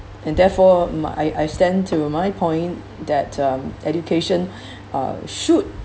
and therefore um I I stand to my point that um education uh should